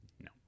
No